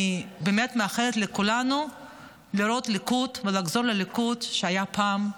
אני באמת מאחלת לכולנו לראות ליכוד ולחזור לליכוד שהיה פעם,